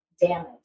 damage